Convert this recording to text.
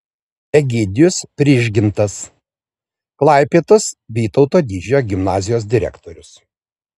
egidijus prižgintas klaipėdos vytauto didžiojo gimnazijos direktorius